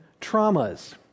traumas